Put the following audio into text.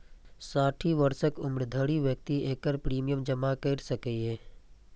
साठि वर्षक उम्र धरि व्यक्ति एकर प्रीमियम जमा कैर सकैए